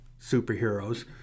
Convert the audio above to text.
superheroes